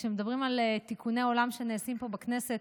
כשמדברים על תיקוני עולם שנעשים פה בכנסת,